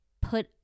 put